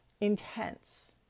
intense